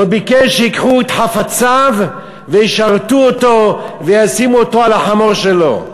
לא ביקש שייקחו את חפציו וישרתו אותו וישימו אותו על החמור שלו.